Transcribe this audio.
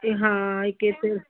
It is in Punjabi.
ਅਤੇ ਹਾਂ ਇੱਕ ਏਥੇ